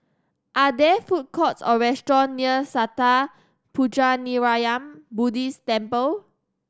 are there food courts or restaurant near Sattha Puchaniyaram Buddhist Temple